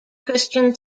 christian